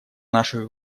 наших